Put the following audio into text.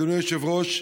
אדוני היושב-ראש,